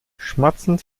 schmatzend